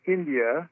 India